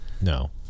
no